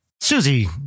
Susie